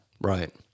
Right